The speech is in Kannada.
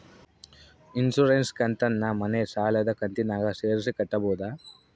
ಇನ್ಸುರೆನ್ಸ್ ಕಂತನ್ನ ಮನೆ ಸಾಲದ ಕಂತಿನಾಗ ಸೇರಿಸಿ ಕಟ್ಟಬೋದ?